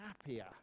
happier